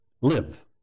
live